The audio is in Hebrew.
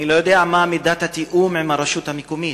אני לא יודע מה מידת התיאום עם הרשות המקומית,